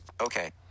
okay